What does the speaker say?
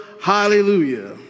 Hallelujah